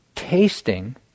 tasting